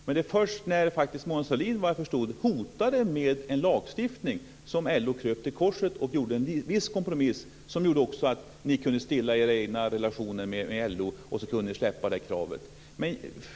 Det var först när Mona Sahlin, såvitt jag förstår, hotade med lagstiftning som LO kröp till korset och gjorde en viss kompromiss som var sådan att ni kunde stilla era egna relationer med LO och släppa det här kravet.